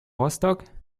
rostock